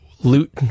Loot